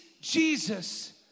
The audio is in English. Jesus